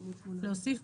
להוסיף,